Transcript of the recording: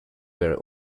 were